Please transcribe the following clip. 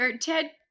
Ted